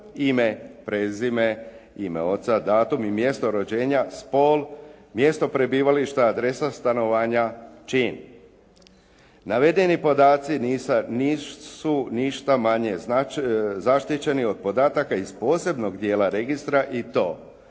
ime, prezime, ime oca, datum i mjesto rođenja, spol, mjesto prebivališta, adresa stanovanja, čin. Navedeni podaci nisu ništa manje zaštićeni od podataka iz posebnog dijela registra i to